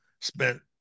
spent